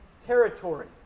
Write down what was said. territory